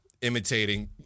imitating